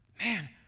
man